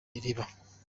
iriba